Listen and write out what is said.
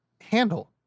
handle